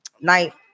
night